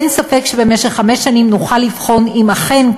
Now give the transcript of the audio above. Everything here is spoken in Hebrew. אין ספק שבמשך חמש שנים נוכל לבחון אם אכן,